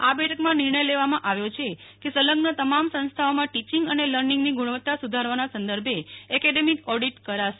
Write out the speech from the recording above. આ બેઠકમાં નિર્ણય લેવામાં આવ્યો છે કે સંલઝન તમામ સંસ્થાઓમાં ટિચિંગ અને લર્નિંગની ગુણવત્તા સુધારવાના સંદર્ભે એકેડમિક ઓડીટ કરાશે